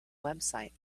website